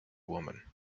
woman